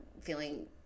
feeling